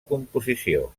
composició